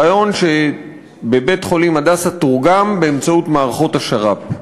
הרעיון שבבית-חולים "הדסה" תורגם באמצעות מערכות השר"פ.